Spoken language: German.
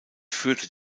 führte